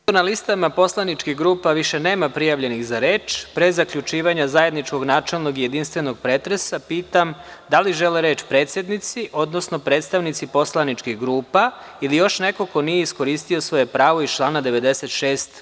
Pošto na listama poslaničkih grupa više nema prijavljenih za reč, pre zaključivanja zajedničkog načelnog i jedinstvneog pretresa, pitam da li žele reč predsednici, odnosno predstavnici poslaničkih grupa ili još neko ko nije iskoristio svoje pravo iz člana 96.